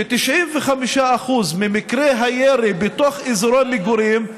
שאומרים ש-95% ממקרי הירי בתוך אזורי מגורים,